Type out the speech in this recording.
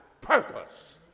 purpose